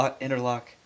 Interlock